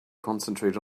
concentrate